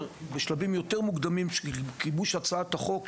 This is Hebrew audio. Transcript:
בשלבים יותר מוקדמים של גיבוש הצעת החוק,